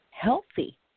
Healthy